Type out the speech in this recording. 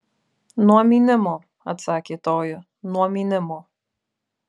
nuo mynimo atsakė toji nuo mynimo